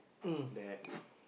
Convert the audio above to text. that